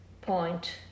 point